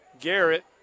Garrett